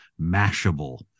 Mashable